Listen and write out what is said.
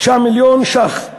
19 מיליון שקל.